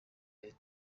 leta